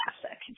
classic